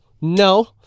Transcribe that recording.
no